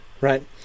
right